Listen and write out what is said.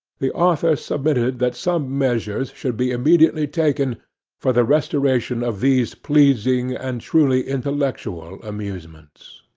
the author submitted that some measures should be immediately taken for the restoration of these pleasing and truly intellectual amusements.